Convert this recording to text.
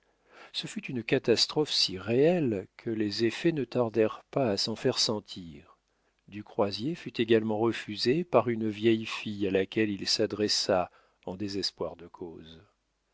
ce fut une catastrophe si réelle que les effets ne tardèrent pas à s'en faire sentir du croisier fut également refusé par une vieille fille à laquelle il s'adressa en désespoir de cause